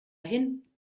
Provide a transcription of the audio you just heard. hin